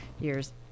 years